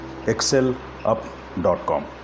excelup.com